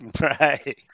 Right